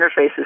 interfaces